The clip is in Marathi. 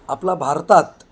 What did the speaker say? आपला भारतात